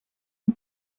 han